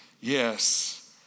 Yes